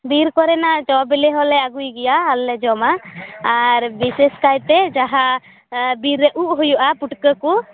ᱵᱤᱨ ᱠᱚᱨᱮᱱᱟᱜ ᱡᱚ ᱵᱤᱞᱤ ᱦᱚᱞᱮ ᱟᱜᱩᱭ ᱜᱮᱭᱟ ᱟᱨᱞᱮ ᱡᱚᱢᱟ ᱟᱨ ᱵᱤᱥᱮᱥ ᱠᱟᱭᱛᱮ ᱡᱟᱦᱟᱸ ᱵᱤᱨ ᱨᱮ ᱩᱫ ᱦᱩᱭᱩᱜᱼᱟ ᱯᱩᱴᱠᱟᱹ ᱠᱩ